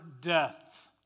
death